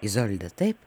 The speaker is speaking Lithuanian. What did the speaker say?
izolda taip